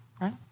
right